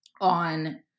on